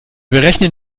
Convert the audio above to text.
berechnen